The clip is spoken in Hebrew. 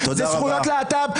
זה זכויות להט"ב,